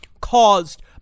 caused